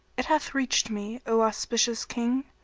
it hath reached me, o auspicious king,